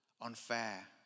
unfair